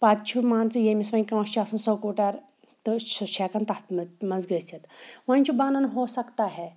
پَتہٕ چھُ مان ژٕ یٔمِس وۄنۍ کٲنٛسہِ چھِ آسان سکوٗٹر تہٕ سُہ چھِ ہٮ۪کان تَتھ نہٕ منٛز گٔژھِتھ وۄنۍ چھِ بَنان ہوسکتا ہے